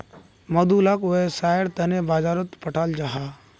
मधु लाक वैव्सायेर तने बाजारोत पठाल जाहा